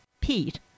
Pete